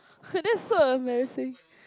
that's so embarrassing